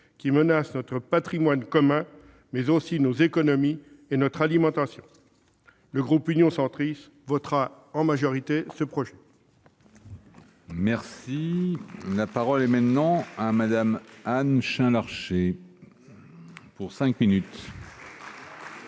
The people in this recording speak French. qui menace notre patrimoine commun, mais aussi nos économies et notre alimentation. Le groupe Union Centriste votera en majorité pour ce texte. La parole est à Mme Anne Chain-Larché. Monsieur